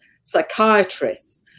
psychiatrists